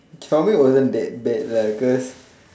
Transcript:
childhood wasn't that bad lah because